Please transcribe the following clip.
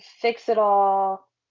fix-it-all